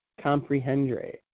comprehendre